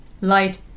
light